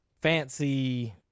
fancy